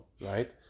right